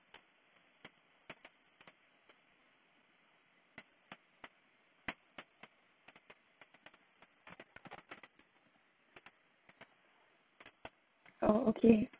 oh okay